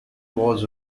was